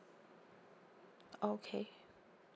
okay